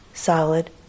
solid